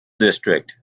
district